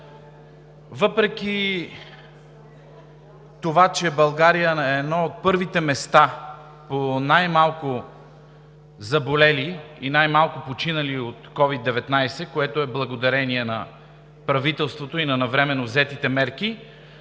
Въпреки това, че България е на едно от първите места по най-малко заболели и най-малко починали от COVID-19, което е благодарение на правителството и на навременно взетите мерки,